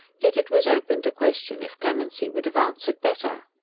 yet it was open to question if clemency would have answered better.